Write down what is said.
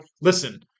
listen